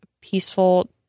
peaceful